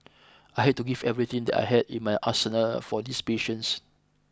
I had to give everything that I had in my arsenal for these patients